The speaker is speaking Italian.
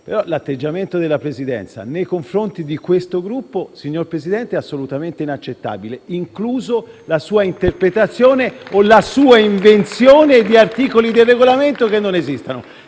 che l'atteggiamento della Presidenza nei confronti di questo Gruppo è assolutamente inaccettabile, includendo la sua interpretazione o la sua invenzione di articoli del Regolamento che non esistono.